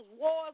wars